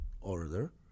order